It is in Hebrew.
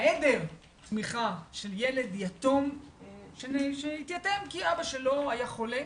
והיעדר תמיכה של ילד יתום שהתייתם כי אבא שלו היה חולה.